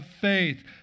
faith